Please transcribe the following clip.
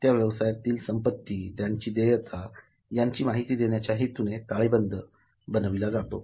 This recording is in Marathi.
त्या व्यवसायातील संपत्ती त्यांची देयता याची माहिती देण्याच्या हेतूने ताळेबंद बनवला जातो